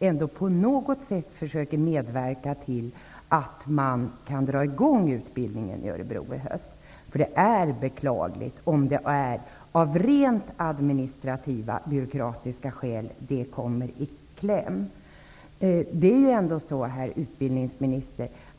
-- på något sätt försöker medverka till att dra i gång utbildningen i Örebro i höst. Det är beklagligt om det är av rent administrativa, byråkratiska, skäl som utbildningen kommer i kläm. Herr utbildningsminister!